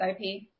IP